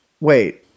wait